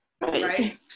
right